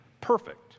perfect